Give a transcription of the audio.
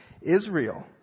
Israel